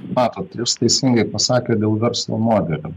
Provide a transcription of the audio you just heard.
matot jūs teisingai pasakėt dėl verslo modelio